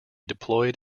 deployed